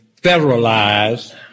federalized